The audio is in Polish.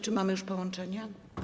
Czy mamy już połączenie?